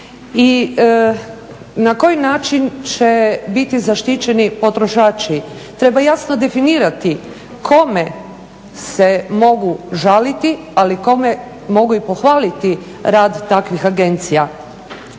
I na koji način će biti zaštićeni potrošači. Treba jasno definirati kome se mogu žaliti, ali kome mogu i pohvaliti rad takvih agencija.